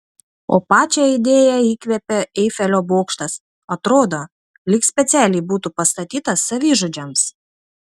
o pačią idėją įkvėpė eifelio bokštas atrodo lyg specialiai būtų pastatytas savižudžiams